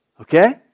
Okay